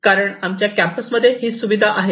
कारण आमच्या कॅम्पसमध्ये ही सुविधा आहे